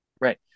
Right